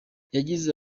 yagize